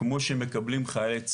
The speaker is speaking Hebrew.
כמו שמקבלים חיילי צה"ל.